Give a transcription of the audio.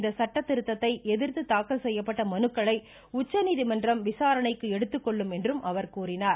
இந்த சட்ட திருத்தத்தை எதிர்த்து தாக்கல் செய்யப்பட்ட மனுக்களை உச்சநீதிமன்றம் விசாரணைக்கு எடுத்துக்கொள்ளும் என்றும் அவர் கூறினார்